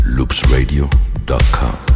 loopsradio.com